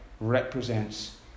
represents